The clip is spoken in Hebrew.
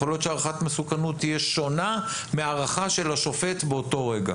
יכול להיות שהערכת מסוכנות תהיה שונה מההערכה של השופט באותו רגע.